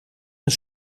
een